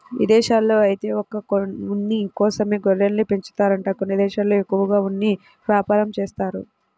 ఇదేశాల్లో ఐతే ఒక్క ఉన్ని కోసమే గొర్రెల్ని పెంచుతారంట కొన్ని దేశాల్లో ఎక్కువగా ఉన్ని యాపారం జేత్తారు